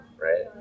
right